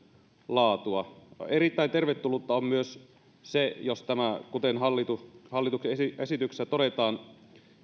laatua erittäin tervetullutta on myös se jos tämä kuten hallituksen esityksessä todetaan